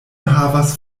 havas